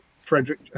Frederick